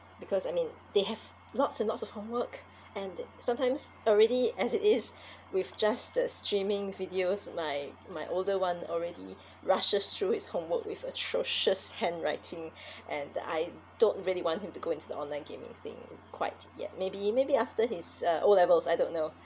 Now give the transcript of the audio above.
because I mean they have lots and lots of homework and then sometimes already as it is with just the streaming videos my my older [one] already rushes through his homework with atrocious handwriting and I don't really want him to go into the online game thing quite yet maybe maybe after his uh O levels I don't know